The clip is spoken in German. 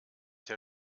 der